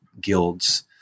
guilds